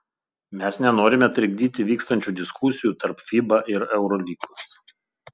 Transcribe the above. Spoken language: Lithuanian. mes nenorime trikdyti vykstančių diskusijų tarp fiba ir eurolygos